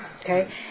okay